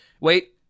Wait